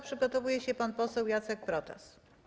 Przygotowuje się pan poseł Jacek Protas.